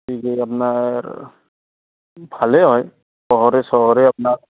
এই যে আপোনাৰ ভালেই হয় চহৰে চহৰে আপোনাৰ